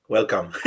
Welcome